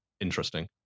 interesting